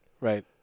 Right